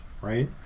right